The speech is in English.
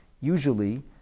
Usually